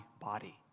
body